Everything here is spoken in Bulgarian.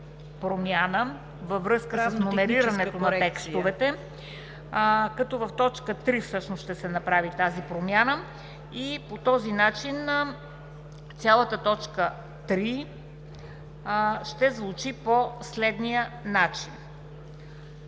…във връзка с номерирането на текстовете, като всъщност в т. 3 ще се направи тази промяна. По този начин цялата т. 3 ще звучи по следния начин: